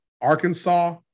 Arkansas